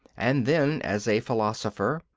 and then, as a philosopher,